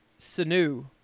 Sanu